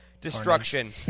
destruction